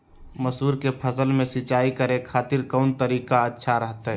मसूर के फसल में सिंचाई करे खातिर कौन तरीका अच्छा रहतय?